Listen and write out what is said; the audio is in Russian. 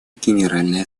генеральной